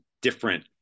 different